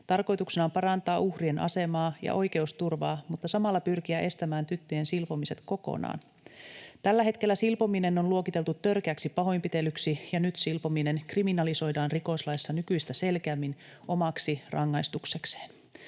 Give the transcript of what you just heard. Tarkoituksena on parantaa uhrien asemaa ja oikeusturvaa, mutta samalla pyrkiä estämään tyttöjen silpomiset kokonaan. Tällä hetkellä silpominen on luokiteltu törkeäksi pahoinpitelyksi, ja nyt silpominen kriminalisoidaan rikoslaissa nykyistä selkeämmin omaksi rangaistuksekseen.